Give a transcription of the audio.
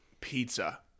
pizza